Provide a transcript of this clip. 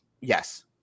Yes